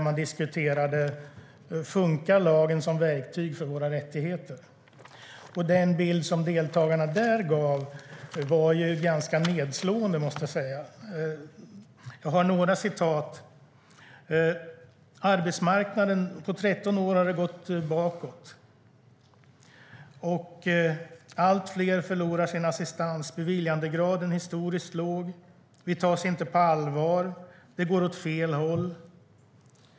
Man diskuterade om lagen funkar som verktyg för våra rättigheter. Den bild som deltagarna gav var ganska nedslående, måste jag säga. Några uttalanden som gjordes var: På 13 år har det gått bakåt på arbetsmarknaden. Allt fler förlorar sin assistans. Beviljandegraden är historiskt låg. Vi tas inte på allvar. Det går åt fel håll.